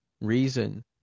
reason